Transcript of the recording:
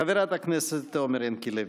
חברת הכנסת עומר ינקלביץ',